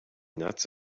nuts